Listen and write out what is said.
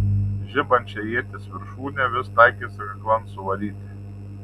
žibančią ieties viršūnę vis taikėsi kaklan suvaryti